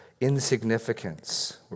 insignificance